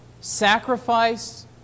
sacrifice